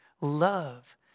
love